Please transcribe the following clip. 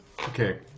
okay